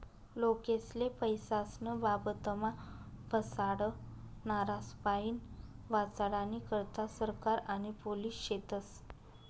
लोकेस्ले पैसास्नं बाबतमा फसाडनारास्पाईन वाचाडानी करता सरकार आणि पोलिस शेतस